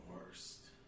worst